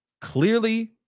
clearly